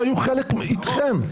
שהיו אתכם.